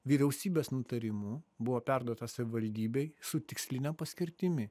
vyriausybės nutarimu buvo perduota savivaldybei su tiksline paskirtimi